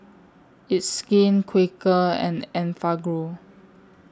It's Skin Quaker and Enfagrow